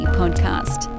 podcast